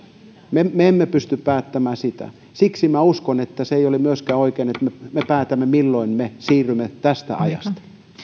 me me emme pysty päättämään sitä siksi minä uskon että se ei ole myöskään oikein että me me päätämme milloin me siirrymme tästä ajasta